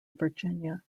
virginia